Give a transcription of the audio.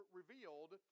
revealed